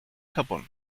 japón